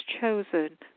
chosen